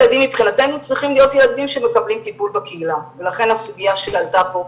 צריכים להיות ילדים שמקבלים טיפול בקהילה ולכן הסוגיה שעלתה פה,